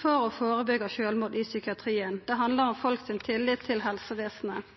for å førebyggja sjølvmord i psykiatrien. Det handlar om folks tillit til helsevesenet.